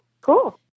cool